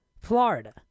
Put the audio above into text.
Florida